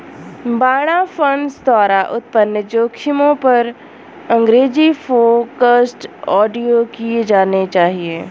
बाड़ा फंड्स द्वारा उत्पन्न जोखिमों पर अंग्रेजी फोकस्ड ऑडिट किए जाने चाहिए